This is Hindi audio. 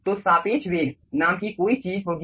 तो सापेक्ष वेग नाम की कोई चीज होगी